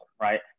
right